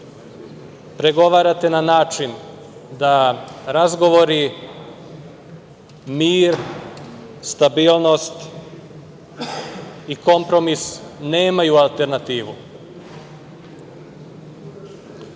pregovarate na način da razgovori, mir, stabilnost i kompromis nemaju alternativu.